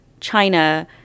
China